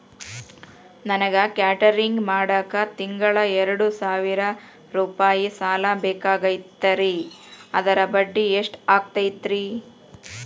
ನನಗ ಕೇಟರಿಂಗ್ ಮಾಡಾಕ್ ತಿಂಗಳಾ ಎರಡು ಸಾವಿರ ರೂಪಾಯಿ ಸಾಲ ಬೇಕಾಗೈತರಿ ಅದರ ಬಡ್ಡಿ ಎಷ್ಟ ಆಗತೈತ್ರಿ?